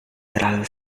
terlalu